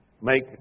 make